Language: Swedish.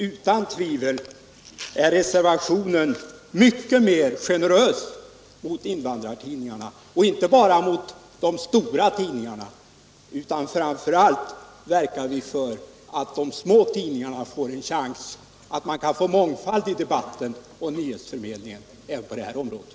Utan tvivel är reservationen mycket mer generös mot invandrartidningarna — inte bara mot de stora tidningarna, utan framför allt verkar vi för att de små tidningarna skall få en chans så att man kan få mångfald i debatten och nyhetsförmedlingen även på det här området.